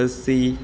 lassi